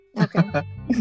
Okay